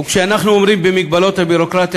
וכשאנחנו אומרים "במגבלות הביורוקרטיה",